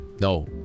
No